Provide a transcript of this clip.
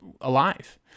alive